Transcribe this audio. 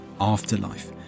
afterlife